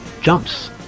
jumps